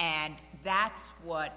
and that's what